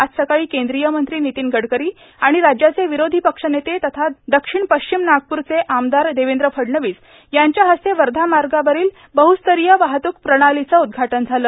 आज सकाळी केंद्रीय मंत्री नितिन गडकरी आणि राज्याचे विरोधी पक्ष नेते तथा दक्षिण पश्चिम नागपूरचे आमदार देवेंद्र फडणवीस यांच्या हस्ते वर्धा मार्गावरील या बहस्तरीय वाहतूक प्रणालीचे उद्घाटन झाले